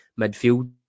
midfield